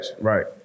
Right